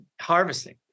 harvesting